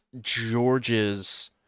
George's